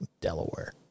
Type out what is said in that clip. Delaware